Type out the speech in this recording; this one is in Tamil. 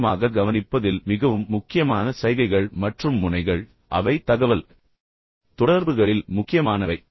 தீவிரமாக கவனிப்பதில் மிகவும் முக்கியமான சைகைகள் மற்றும் முனைகள் அவை தகவல்தொடர்புகளில் மிகவும்ga முக்கியமானவை